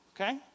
okay